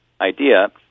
idea